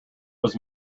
was